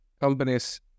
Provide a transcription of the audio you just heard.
companies